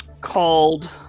called